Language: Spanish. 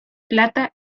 plata